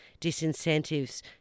disincentives